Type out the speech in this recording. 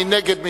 מי נגד?